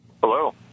Hello